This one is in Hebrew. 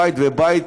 בית ובית,